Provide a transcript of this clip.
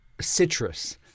citrus